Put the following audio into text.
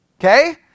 Okay